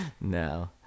No